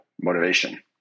motivation